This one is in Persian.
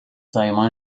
زایمان